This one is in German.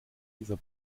dieser